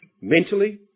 mentally